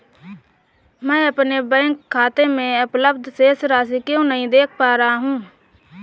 मैं अपने बैंक खाते में उपलब्ध शेष राशि क्यो नहीं देख पा रहा हूँ?